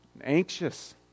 anxious